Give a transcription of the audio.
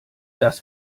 das